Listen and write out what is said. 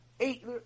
Eight